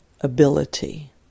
ability